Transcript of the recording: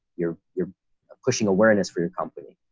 you're, you're ah pushing awareness for your company,